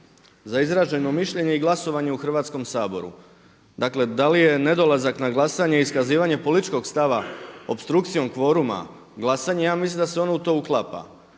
za izraženo mišljenje i glasovanje u Hrvatskom saboru. Dakle, da li je nedolazak na glasanje iskazivanje političkog stava opstrukcijom kvoruma glasanjem ja mislim da se ono u to uklapa.